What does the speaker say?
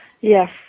Yes